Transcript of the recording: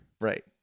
Right